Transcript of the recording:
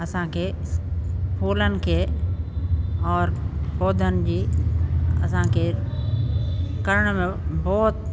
असांखे स फोलनि खे और पौधनि जी असांखे करण में बहुत